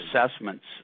assessments